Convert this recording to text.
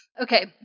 Okay